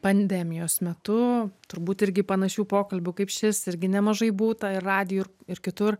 pandemijos metu turbūt irgi panašių pokalbių kaip šis irgi nemažai būta ir radijuj ir ir kitur